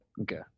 okay